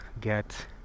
get